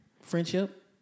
Friendship